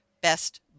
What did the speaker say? best